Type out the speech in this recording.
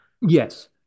Yes